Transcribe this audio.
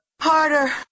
Harder